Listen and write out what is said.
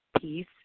Peace